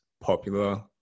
popular